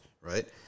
right